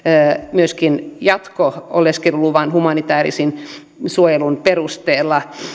myöskin jatko oleskeluluvan humanitäärisen suojelun perusteella